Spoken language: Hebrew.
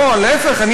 להפך,